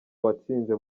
watsinze